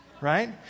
Right